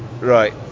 Right